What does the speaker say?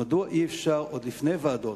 מדוע אי-אפשר, עוד לפני ועדות,